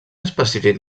específic